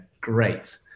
Great